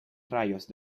rayos